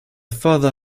further